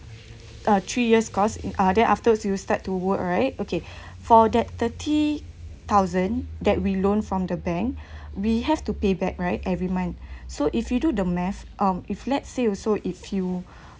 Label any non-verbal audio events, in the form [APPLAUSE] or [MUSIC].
a three years course in uh then afterwards you'll start to work right okay [BREATH] for that thirty thousand that we loan from the bank [BREATH] we have to pay back right every month [BREATH] so if you do the math um if let's say you so if you [BREATH]